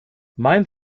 mein